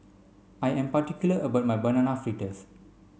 I am particular about my banana fritters